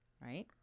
Right